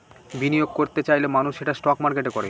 বিনিয়োগ করত চাইলে মানুষ সেটা স্টক মার্কেটে করে